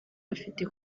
bafite